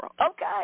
Okay